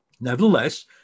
Nevertheless